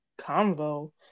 convo